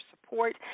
support